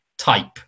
type